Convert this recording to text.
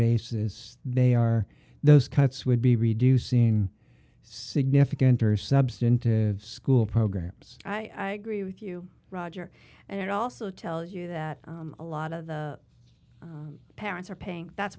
basis they are those cuts would be reducing significant or substantive school programs i agree with you roger and it also tells you that a lot of the parents are paying that's